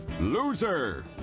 loser